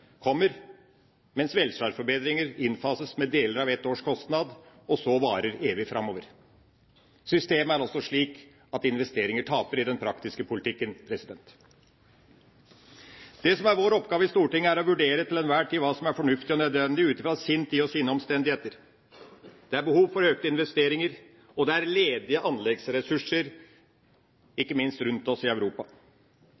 kommer, mens velferdsforbedringer innfases med deler av ett års kostnad, og så varer evig framover. Systemet er også slik at investeringer taper i den praktiske politikken. Det som er vår oppgave i Stortinget, er å vurdere hva som til enhver tid er fornuftig og nødvendig ut fra sin tid og sine omstendigheter. Det er behov for økte investeringer, og det er ledige anleggsressurser, ikke minst rundt oss i